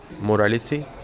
morality